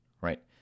right